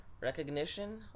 recognition